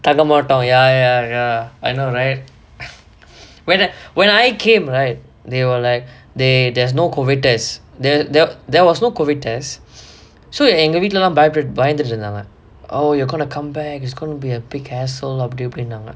தங்கமாட்டோம்:thangamaattom ya ya ya I know right when I when I came right they were like they there's no COVID test the there was no COVID tests so எங்க வீட்டுல எல்லாம் பயந்துட்டு பயந்துட்டு இருந்தாங்க:enga veetla ellaam bayanthuttu bayanthuttu irunthaanga oh you're gonna come back it's gonna be a picasso அப்டி இப்டினாங்க:apdi ipdinaanga